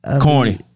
Corny